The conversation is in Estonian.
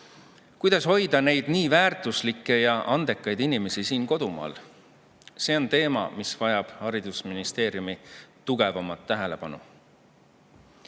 Kuidas hoida neid nii väärtuslikke ja andekaid inimesi siin, kodumaal? See on teema, mis vajab haridusministeeriumi tugevamat tähelepanu.